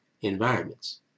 environments